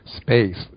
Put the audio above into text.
space